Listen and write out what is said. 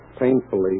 painfully